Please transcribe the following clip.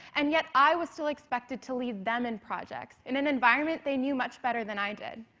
and yet i was still expected to lead them in projects in an environment they knew much better than i did.